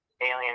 *Alien